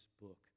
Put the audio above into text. book